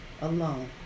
alone